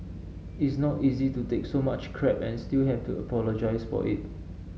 it's not easy to take so much crap and still have to apologise for it